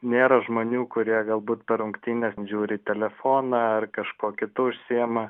nėra žmonių kurie galbūt per rungtynes žiūri į telefoną ar kažkuo kitu užsiima